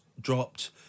dropped